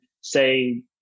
say